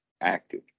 active